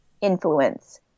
influence